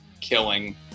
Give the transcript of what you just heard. killing